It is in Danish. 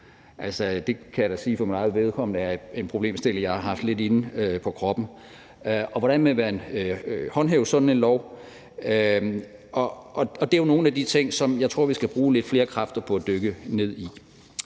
det kan jeg da for mit eget vedkommende sige er en problemstilling, jeg har haft lidt inde på kroppen. Hvordan vil man håndhæve sådan en lov? Det er nogle af de ting, som jeg tror at vi skal bruge lidt flere kræfter på at dykke ned i.